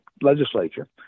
legislature